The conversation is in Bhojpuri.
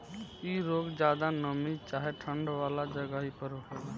इ रोग ज्यादा नमी चाहे ठंडा वाला जगही पर होखेला